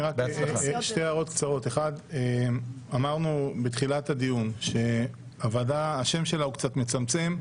שתי הערות קצרות: אמרנו בתחילת הדיון ששם הוועדה קצת מצמצם.